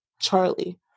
charlie